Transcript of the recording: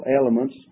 elements